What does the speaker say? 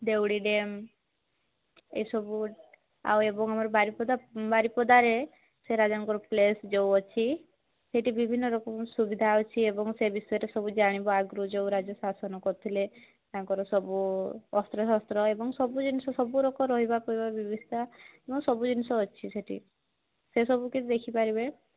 ଦେଉଡ଼ି dam ଏସବୁ ଆଉ ଏବଂ ଆମ ବାରିପଦା ବାରିପଦାରେ ସେ ରାଜାଙ୍କର ପ୍ଲେସ୍ ଯେଉଁ ଅଛି ସେଇଠି ବିଭିନ୍ନ ଲୋକଙ୍କୁ ସୁବିଧା ଅଛି ଏବଂ ସେ ବିଷୟରେ ଜାଣିବା ସବୁ ଆଗରୁ ଯେଉଁ ରାଜ୍ୟ ଶାସନ କରୁଥିଲେ ତାଙ୍କର ସବୁ ଅସ୍ତ୍ରଶସ୍ତ୍ର ଏବଂ ସବୁ ଜିନିଷ ସବୁ ରକ ରହିବା ପିଇବା ବ୍ୟବସ୍ଥା ଏବଂ ସବୁ ଜିନିଷ ଅଛି ସେଇଠି ସେସବୁକୁ ଦେଖିପାରିବେ